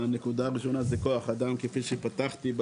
הראשונה זו כוח אדם כפי שפתחתי,